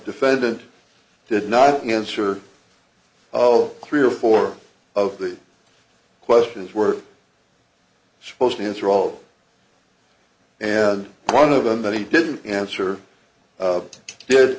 defendant did not answer oh three or four of the questions were supposed to answer all and one of them that he didn't answer